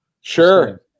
Sure